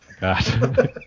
God